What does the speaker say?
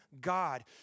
God